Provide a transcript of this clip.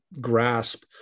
grasp